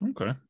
Okay